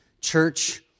church